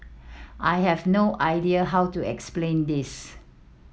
I have no idea how to explain this